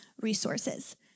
resources